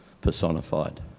personified